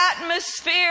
atmosphere